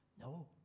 no